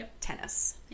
tennis